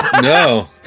No